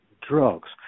drugs